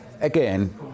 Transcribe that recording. again